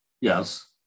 yes